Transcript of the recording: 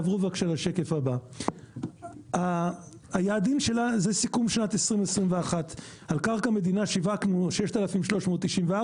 השקף הבא זה סיכום שנת 2021. על קרקע מדינה שיווקנו 6,394,